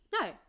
No